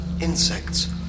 Insects